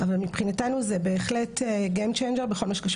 אבל מבחינתנו זה בהחלט game changer בכל מה שקשור